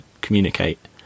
communicate